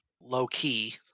low-key